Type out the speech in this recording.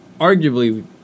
arguably